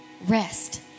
Rest